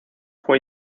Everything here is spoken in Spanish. fue